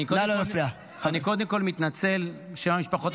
חבר הכנסת מיקי לוי,